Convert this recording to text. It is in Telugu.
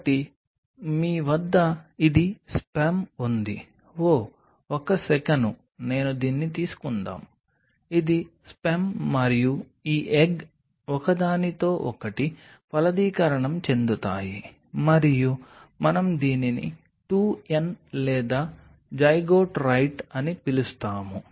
కాబట్టి మీ వద్ద ఇది స్పెర్మ్ ఉంది ఓహ్ ఒక్క సెకను నేను దీన్ని తీసుకుందాం ఇది స్పెర్మ్ మరియు ఈ ఎగ్ ఒకదానితో ఒకటి ఫలదీకరణం చెందుతాయి మరియు మనం దీనిని 2 n లేదా జైగోట్ రైట్ అని పిలుస్తాము